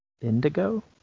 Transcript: Indigo